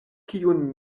kiun